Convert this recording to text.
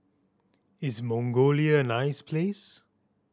is Mongolia a nice place